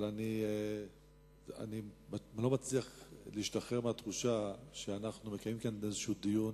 אבל אני לא מצליח להשתחרר מהתחושה שאנחנו מקיימים כאן איזה דיון,